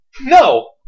No